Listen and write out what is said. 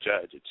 judge